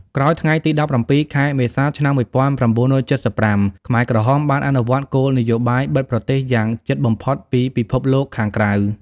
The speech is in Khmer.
ក្រោយថ្ងៃទី១៧ ខែមេសា ឆ្នាំ១៩៧៥ ខ្មែរក្រហមបានអនុវត្តគោលនយោបាយបិទប្រទេសយ៉ាងជិតបំផុតពីពិភពលោកខាងក្រៅ។